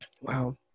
Wow